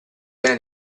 viene